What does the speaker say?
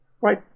right